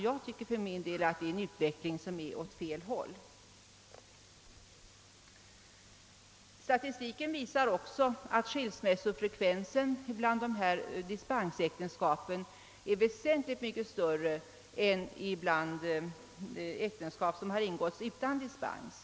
Jag tycker för min del att det är en utveckling åt fel håll. Statistiken visar också att skilsmässofrekvensen vid dispensäktenskapen är väsentligt större än bland äktenskap som har ingåtts utan dispens.